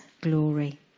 glory